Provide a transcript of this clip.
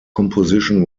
composition